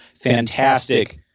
fantastic